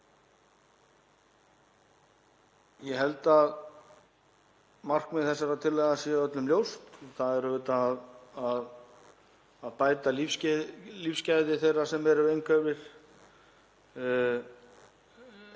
Ég held að markmið þessarar tillögu sé öllum ljóst. Það er auðvitað að bæta lífsgæði þeirra sem eru einhverfir,